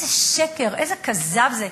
איזה שקר, איזה כזב זה.